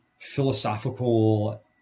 philosophical